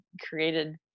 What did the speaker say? created